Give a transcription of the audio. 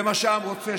זה מה שהעם רוצה,